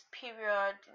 period